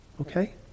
Okay